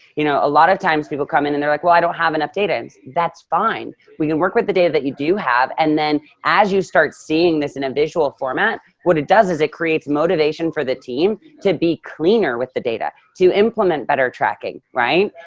you know, a lot of times people come in and they're like, well, i don't have enough data. and that's fine. we can work with the data that you do have. and then as you start seeing this in a visual format, what it does is it creates motivation for the team to be cleaner with the data, to implement better tracking, right?